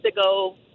ago